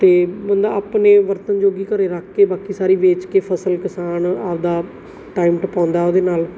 ਅਤੇ ਬੰਦਾ ਆਪਣੇ ਵਰਤਣ ਜੋਗੀ ਘਰੇ ਰੱਖ ਕੇ ਬਾਕੀ ਸਾਰੀ ਵੇਚ ਕੇ ਫ਼ਸਲ ਕਿਸਾਨ ਆਪਣਾ ਟਾਈਮ ਟਪਾਉਂਦਾ ਉਹਦੇ ਨਾਲ